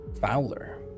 Fowler